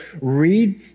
read